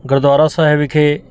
ਗੁਰਦੁਆਰਾ ਸਾਹਿਬ ਵਿਖੇ